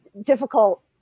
difficult